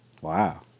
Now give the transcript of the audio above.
Wow